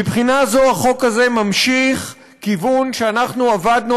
מבחינה זו החוק הזה ממשיך כיוון שאנחנו עבדנו